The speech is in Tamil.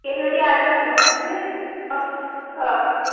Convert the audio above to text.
என்னுடைய அட்ரெஸ் வந்து